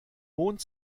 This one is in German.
mond